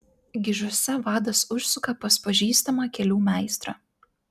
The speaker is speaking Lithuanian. gižuose vadas užsuka pas pažįstamą kelių meistrą